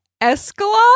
Escalade